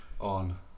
on